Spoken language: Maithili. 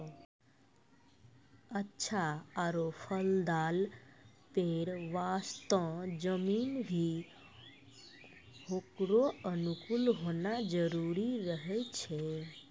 अच्छा आरो फलदाल पेड़ वास्तॅ जमीन भी होकरो अनुकूल होना जरूरी रहै छै